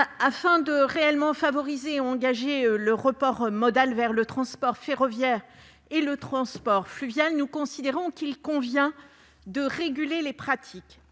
Afin de réellement favoriser et d'engager le report modal vers le transport ferroviaire et le transport fluvial, nous considérons qu'il convient de réguler les pratiques.